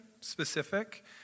specific